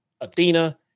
Athena